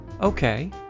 Okay